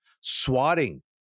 swatting